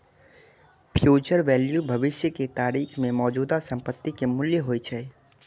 future value भविष्य के तारीख मे मौजूदा संपत्ति के मूल्य होइ छै